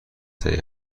تهیه